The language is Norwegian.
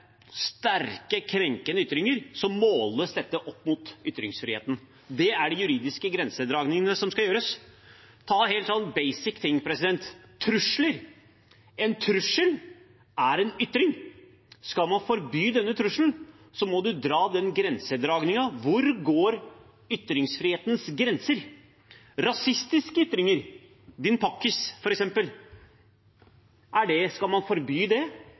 sterke, krenkende ytringer, måles dette opp mot ytringsfriheten. Det er de juridiske grensedragningene som skal gjøres. Ta en helt basic ting som trusler. En trussel er en ytring. Skal man forby denne trusselen, må man trekke opp den grensedragningen. Hvor går ytringsfrihetens grenser? Rasistiske ytringer, som f.eks. «din pakkis» – skal man forby det?